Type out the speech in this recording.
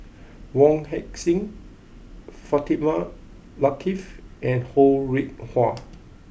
Wong Heck Sing Fatimah Lateef and Ho Rih Hwa